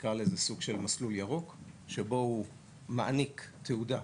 נקרא לזה סוג של מסלול ירוק שבו הוא מעניק תעודה,